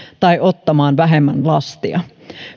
tai ottamaan vähemmän lastia